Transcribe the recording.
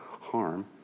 harm